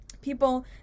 People